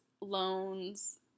loans